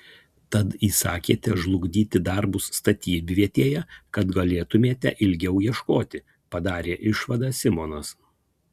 tad įsakėte žlugdyti darbus statybvietėje kad galėtumėte ilgiau ieškoti padarė išvadą simonas